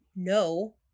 No